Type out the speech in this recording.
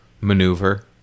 maneuver